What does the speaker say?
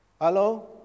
Hello